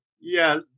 yes